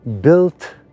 built